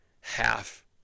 half